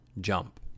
jump